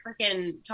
freaking